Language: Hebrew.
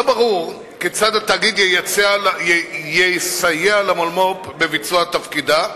לא ברור כיצד התאגיד יסייע למולמו"פ בביצוע תפקידה,